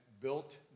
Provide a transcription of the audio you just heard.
built